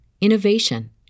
innovation